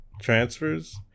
transfers